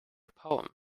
poem